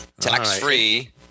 Tax-free